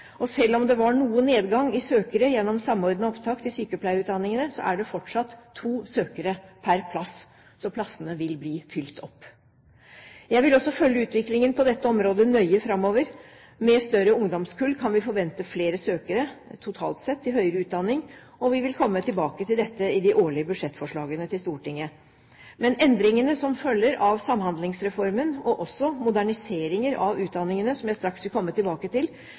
Selv om det var noe nedgang i antall søkere gjennom Samordna opptak til sykepleierutdanningene, er det fortsatt to søkere per plass. Så plassene vil bli fylt opp. Jeg vil også følge utviklingen på dette området nøye framover. Med større ungdomskull kan vi forvente flere søkere totalt sett til høyere utdanning, og vi vil komme tilbake til dette i de årlige budsjettforslagene til Stortinget. Med endringene som følger av Samhandlingsreformen, og også moderniseringer av utdanningene, som jeg straks vil komme tilbake til,